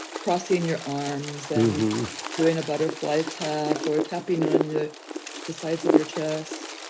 crossing your arms and doing a butterfly tap or tapping on the the sides of your chest.